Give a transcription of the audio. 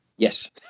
Yes